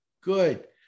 good